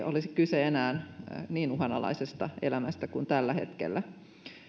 olisi kyse enää niin uhanalaisesta eläimestä kuin tällä hetkellä